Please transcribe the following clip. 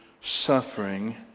suffering